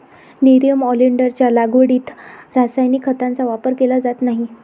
nerium ऑलिंडरच्या लागवडीत रासायनिक खतांचा वापर केला जात नाही